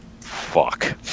fuck